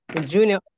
Junior